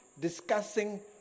discussing